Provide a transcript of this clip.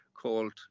called